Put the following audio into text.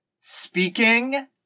speaking